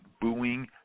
booing